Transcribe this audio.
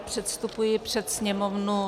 Předstupuji před Sněmovnu